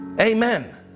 Amen